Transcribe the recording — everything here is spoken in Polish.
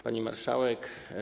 Pani Marszałek!